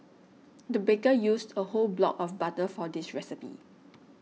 the baker used a whole block of butter for this recipe